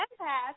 empath